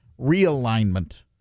realignment